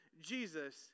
Jesus